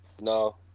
No